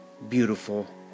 beautiful